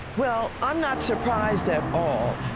well, i'm not surprised at all.